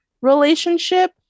relationship